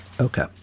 Okay